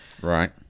Right